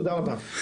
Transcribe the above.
תודה רבה.